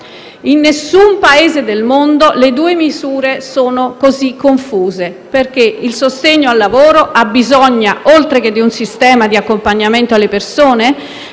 In nessun Paese del mondo le due misure sono così confuse, perché il sostegno al lavoro abbisogna, oltre che di un sistema di accompagnamento alle persone,